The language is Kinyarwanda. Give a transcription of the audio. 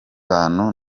bantu